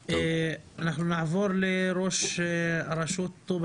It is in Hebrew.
אנחנו מתחילים בתהליך הדרגתי משנת הלימודים